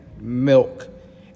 milk